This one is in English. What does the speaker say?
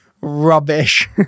rubbish